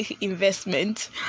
investment